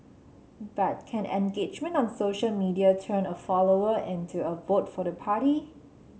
but can engagement on social media turn a follower into a vote for the party